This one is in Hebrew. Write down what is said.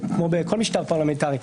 כמו בכל משטר פרלמנטרי,